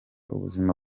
ubuzima